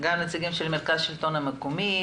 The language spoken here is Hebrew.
גם נציגים של המרכז לשלטון מקומי,